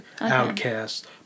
outcasts